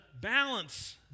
balance